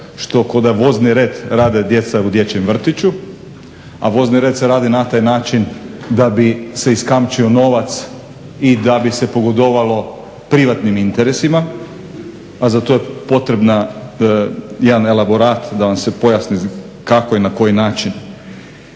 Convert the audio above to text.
što ko da vozni red rade djeca u dječjem vrtiću, a vozni red se radi na taj način da bi se iskamčio novac i da bi se pogodovalo privatnim interesima. A za to je potrebna, jedan elaborat da vam se pojasni kako i na koji način.